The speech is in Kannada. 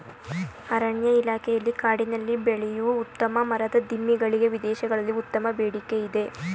ಅರಣ್ಯ ಇಲಾಖೆಯಲ್ಲಿ ಕಾಡಿನಲ್ಲಿ ಬೆಳೆಯೂ ಉತ್ತಮ ಮರದ ದಿಮ್ಮಿ ಗಳಿಗೆ ವಿದೇಶಗಳಲ್ಲಿ ಉತ್ತಮ ಬೇಡಿಕೆ ಇದೆ